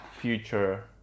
future